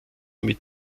mit